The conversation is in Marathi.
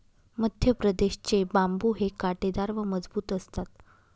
मध्यप्रदेश चे बांबु हे काटेदार व मजबूत असतात